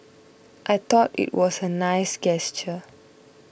I thought it was a nice gesture